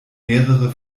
mehrere